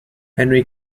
henry